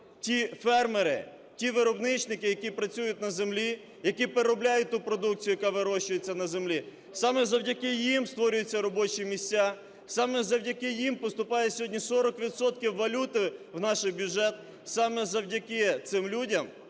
ті фермери, ті виробничники, які працюють на землі, які переробляють ту продукцію, яка вирощується на землі, саме завдяки їм створюються робочі місця, саме завдяки їм поступає сьогодні 40 відсотків валюти в наш бюджет, саме завдяки цим людям